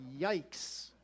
Yikes